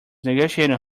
negotiating